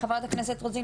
חברת הכנסת רוזין,